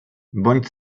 bądź